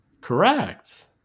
Correct